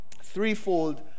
Threefold